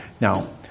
Now